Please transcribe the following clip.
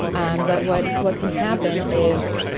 and but what what can happen is